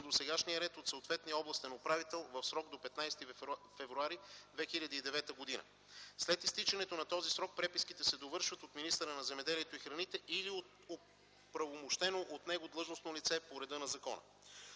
досегашния ред от съответния областен управител в срок до 15 февруари 2009 г. След изтичането на този срок преписките се довършват от министъра на земеделието и храните или от оправомощено от него длъжностно лице по реда на закона.